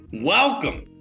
welcome